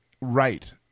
Right